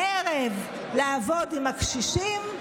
בערב, לעבוד עם הקשישים.